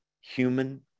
human